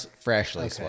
Freshly